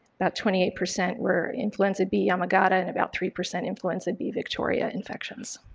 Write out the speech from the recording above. about twenty eight percent were influenza b yamagata, and about three percent influenza b victoria infections.